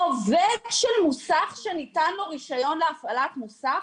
"עובד של מוסך שניתן לו רישיון להפעלת מוסך",